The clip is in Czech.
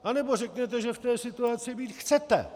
Anebo řekněte, že v té situaci být chcete.